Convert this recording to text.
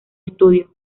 estudio